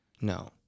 No